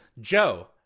Joe